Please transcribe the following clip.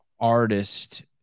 artist